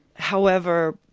however,